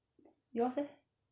yours eh